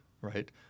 Right